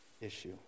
issue